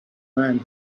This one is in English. man